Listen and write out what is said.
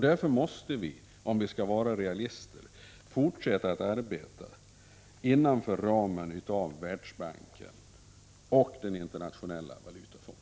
Därför måste vi, om vi skall vara realister, fortsätta att arbeta inom ramen för Världsbanken och Internationella valutafonden.